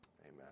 Amen